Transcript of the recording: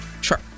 Sure